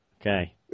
Okay